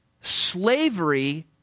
slavery